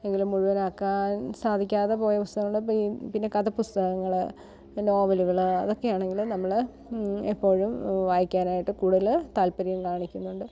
എങ്കിലും മുഴുവനാക്കാൻ സാധിക്കാതെ പോയ പുസ്തകങ്ങള് പിന്നെ കഥാ പുസ്തകങ്ങള് നോവലുകള് അതൊക്കെയാണെങ്കിലും നമ്മള് എപ്പോഴും വായിക്കാനായിട്ട് കൂടുതല് താല്പര്യം കാണിക്കുന്നുണ്ട്